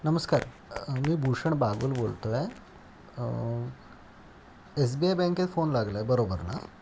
नमस्कार मी भूषण बागुल बोलतो आहे एस बी आय बँकेत फोन लागला आहे बरोबर ना